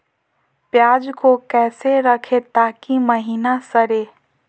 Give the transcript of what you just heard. प्याज को कैसे रखे ताकि महिना सड़े?